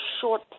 short